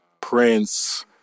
prince